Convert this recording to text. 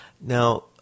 Now